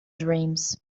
dreams